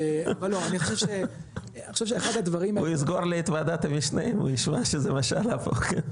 הוא יסגור לי את ועדת המשנה אם הוא ישמע שזה מה שעלה פה.